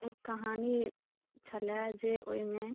एक कहानी छलय जे ओहिमे